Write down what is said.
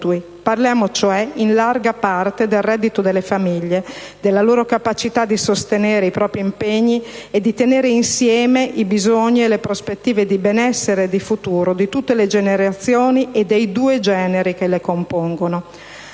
Parliamo cioè in larga parte del reddito delle famiglie, della loro capacità di sostenere i propri impegni e di «tenere insieme» bisogni e prospettive di benessere e di futuro per tutte le generazioni e dei due generi che le compongono.